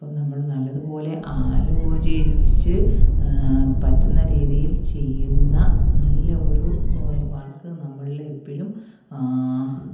അപ്പം നമ്മൾ നല്ലത് പോലെ ആലോചിച്ച് പറ്റുന്ന രീതിയിൽ ചെയ്യുന്ന നല്ല ഒരു ഓ വർക്ക് നമ്മളിലെപ്പോഴും